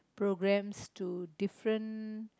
programs to different